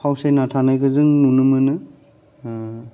फावसायना थानायखौ जों नुनो मोनो